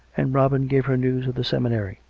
and robin gave her news of the seminary,